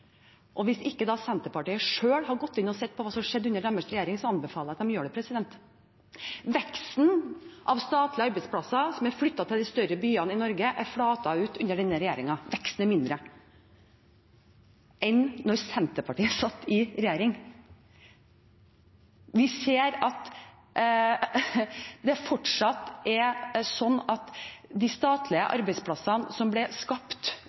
og hvis ikke Senterpartiet selv har gått inn og sett på hva som skjedde under deres regjering, anbefaler jeg at de gjør det. Veksten av statlige arbeidsplasser som er flyttet til de større byene i Norge, har flatet ut under denne regjeringen. Veksten er mindre enn da Senterpartiet satt i regjering. Vi ser at det fortsatt er sånn at de statlige arbeidsplassene som ble